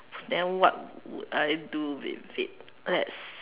then what would I do with it let's